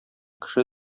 кеше